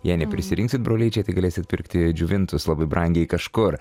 jei neprisirinksit brolyčiai tai galėsit pirkti džiovintus labai brangiai kažkur